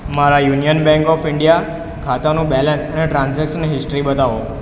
મારા Union Bank of India ખાતાનું balance અને ટ્રાન્ઝેક્શન હિસ્ટ્રી બતાવો